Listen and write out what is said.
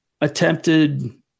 attempted